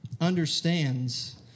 understands